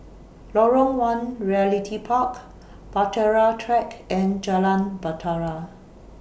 Lorong one Realty Park Bahtera Track and Jalan Bahtera